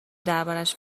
دربارش